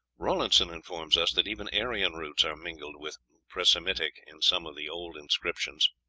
rawlinson informs us that even aryan roots are mingled with presemitic in some of the old inscriptions